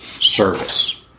service